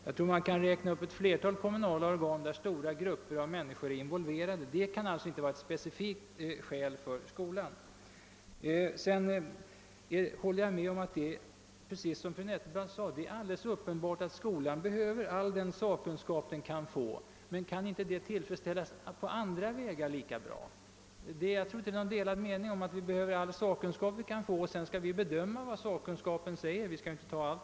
Jag kan räkna upp många andra kommunala organ än skolstyrelsen vilkas verksamhet berör stora delar av befolkningen. Jag håller med fru Nettelbrandt om, att skolan behöver all den sakkunskap den kan få, men det behovet kan tillgodoses lika bra på andra vägar, även om vi inte får ta allt det för givet som sakkunskapen säger.